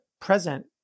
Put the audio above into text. present